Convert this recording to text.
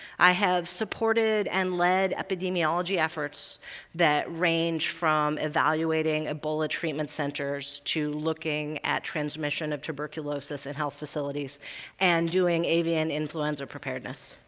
i have supported and led epidemiology efforts that range from evaluating ebola treatment centers to looking at transmission of tuberculosis in health facilities and doing avian influenza preparedness.